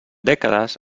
dècades